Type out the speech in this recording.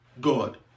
God